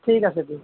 ঠিক আছে দিয়ক